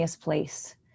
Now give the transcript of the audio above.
place